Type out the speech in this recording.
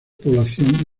población